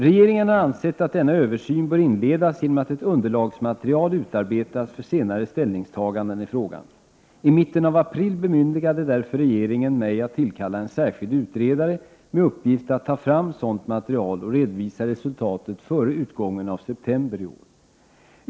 Regeringen har ansett att denna översyn bör inledas genom att ett underlagsmaterial utarbetas för senare ställningstaganden i frågan. I mitten av april bemyndigade därför regeringen mig att tillkalla en särskild utredare med uppgift att ta fram sådant material och redovisa resultatet före utgången av september i år.